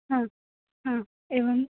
हा हा एवम्